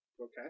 okay